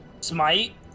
Smite